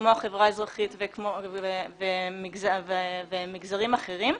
כמו החברה האזרחית ומגזרים אחרים.